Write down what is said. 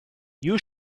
you